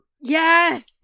Yes